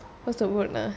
what's the word ah